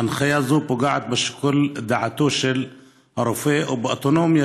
הנחיה זו פוגעת בשיקול דעתו של הרופא ובאוטונומיה